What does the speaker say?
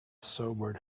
sobered